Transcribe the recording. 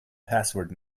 password